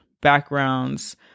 backgrounds